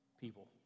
people